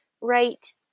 right